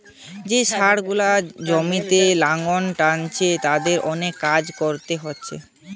যে ষাঁড় গুলা জমিতে লাঙ্গল টানছে তাদের অনেক কাজ কোরতে হচ্ছে